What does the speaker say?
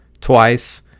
twice